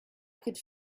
could